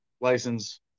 license